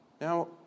Now